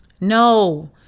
No